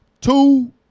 Two